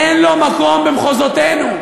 אין לו מקום במחוזותינו.